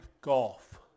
Golf